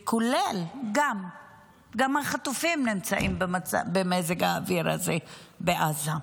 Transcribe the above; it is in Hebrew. כולל החטופים שנמצאים במזג האוויר הזה בעזה.